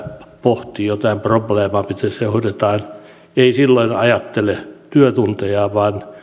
pohtii jotain probleemaa että miten se hoidetaan niin ei silloin ajattele työtuntejaan vaan